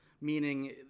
meaning